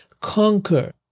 conquer